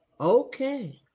Okay